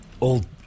old